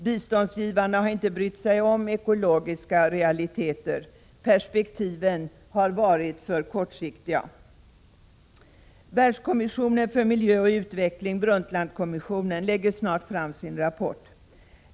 Biståndsgivarna har inte brytt sig om ekologiska realiteter. Perspektiven har varit för kortsiktiga. Världskommissionen för miljö och utveckling, Brundtlandkommissionen, lägger snart fram sin rapport.